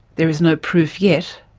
there is no proof yet.